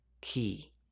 key